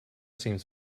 seems